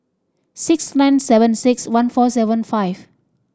six nine seven six one four seven five